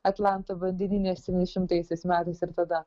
atlanto vandenyne septyniasdešimtaisiais metais ir tada